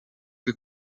che